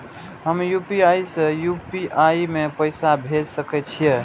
हम यू.पी.आई से यू.पी.आई में पैसा भेज सके छिये?